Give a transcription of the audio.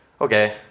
Okay